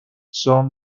son